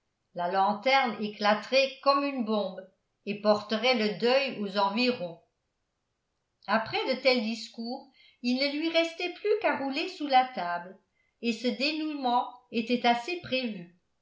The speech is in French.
la lanterne éclaterait comme une bombe et porterait le deuil aux environs après de tels discours il ne lui restait plus qu'à rouler sous la table et ce dénouement était assez prévu